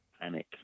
panic